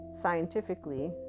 scientifically